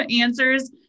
answers